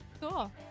Cool